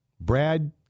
Brad